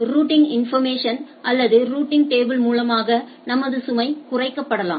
routing information அல்லது routing table மூலமாக நமது சுமை குறைக்கப்படலாம்